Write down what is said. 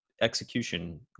execution